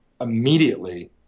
immediately